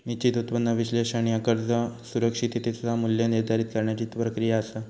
निश्चित उत्पन्न विश्लेषण ह्या कर्ज सुरक्षिततेचा मू्ल्य निर्धारित करण्याची प्रक्रिया असा